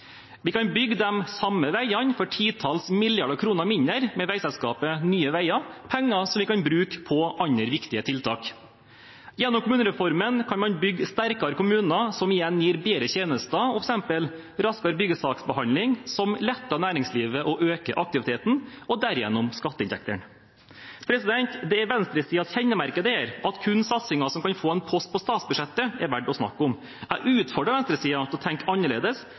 Vi kan bygge de samme veiene for titalls milliarder kroner mindre med veiselskapet Nye Veier, penger som vi kan bruke på andre viktige tiltak. Gjennom kommunereformen kan man bygge sterkere kommuner, som igjen gir bedre tjenester, f.eks. raskere byggesaksbehandling, som letter næringslivet og øker aktiviteten – og derigjennom skatteinntektene. Det er venstresidens kjennemerke at kun satsinger som kan få en post på statsbudsjettet, er verdt å snakke om. Jeg utfordrer venstresiden til å tenke annerledes.